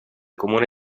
comune